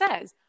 says